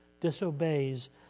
Disobeys